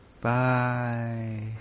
Bye